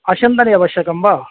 आसन्दानि आवश्यकं वा